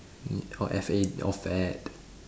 F A orh fad